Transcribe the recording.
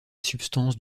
substance